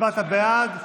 הצבעת בעד.